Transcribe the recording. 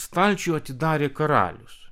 stalčių atidarė karalius